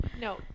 no